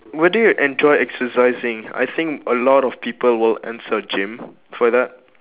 where do you enjoy exercising I think a lot of people will answer gym for that